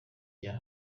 rya